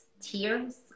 tears